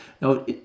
Now